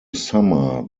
summer